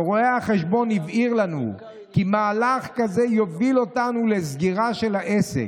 ורואה החשבון הבהיר לנו כי מהלך כזה יוביל אותנו לסגירה של העסק.